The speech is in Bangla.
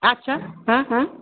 আচ্ছা হ্যাঁ হ্যাঁ